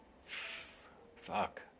Fuck